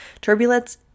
Turbulence